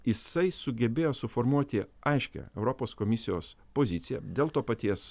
jisai sugebėjo suformuoti aiškią europos komisijos poziciją dėl to paties